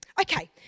Okay